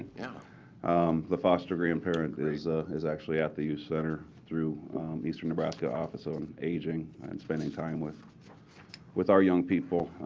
the foster grandparent is ah is actually at the youth center through eastern nebraska office on aging and spending time with with our young people,